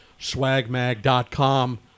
SwagMag.com